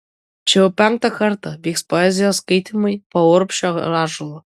čia jau penktą kartą vyks poezijos skaitymai po urbšio ąžuolu